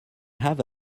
have